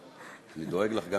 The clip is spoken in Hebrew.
אני דואג לך גם